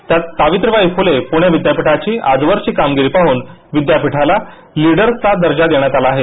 त्यात सावित्रीबाई फुले पुणे विद्यापीठाची आजवरची कामगिरी पाहून विद्यापीठाला लीडर्सचा दर्जा देण्यात आला आहे